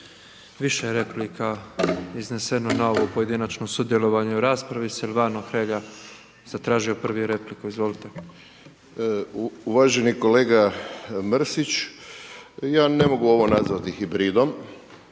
Više je replika izneseno na ovo pojedinačno sudjelovanje u raspravi, Silvano Hrelja je zatražio prvi repliku, izvolite. **Hrelja, Silvano (HSU)** Uvaženi kolega Mrsić, ja ne mogu ovo nazvati hibridom